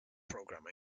program